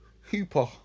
Hooper